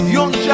Young